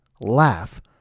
laugh